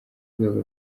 rwego